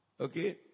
Okay